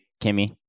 Kimmy